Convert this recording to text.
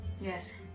Yes